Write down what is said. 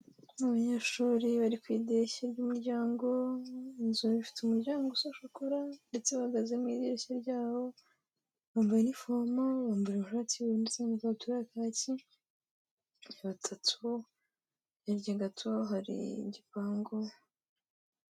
Abanyeshuri bari ku idirishya ry'umuryango, inzu ifite umuryango usa shokora, ndetse bahagaze mu idirishya ryawo, bambaye inifomu, bambaye amashati y'ubururu n'amakabutura ya kaki, ni batatu, hirya gato hari igipangu.